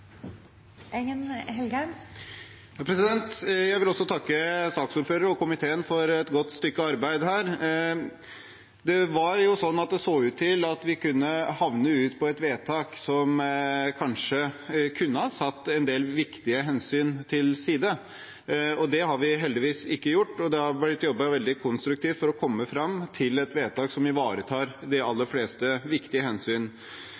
hele Norge. Jeg vil også takke saksordføreren og komiteen for et godt stykke arbeid her. Det så ut til at vi kunne ende med et vedtak som kanskje kunne ha satt en del viktige hensyn til side. Det har vi heldigvis ikke gjort. Det har blitt jobbet veldig konstruktivt for å komme fram til et vedtak som ivaretar de aller fleste viktige hensyn.